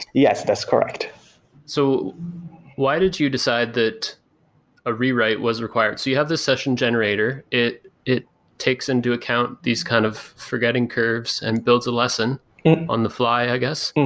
yes, that's correct so why did you decide that a rewrite was required. so you have the session generator, it it takes into account these kind of forgetting curves and builds a lesson on the fly i guess?